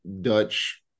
Dutch